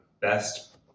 best